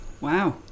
Wow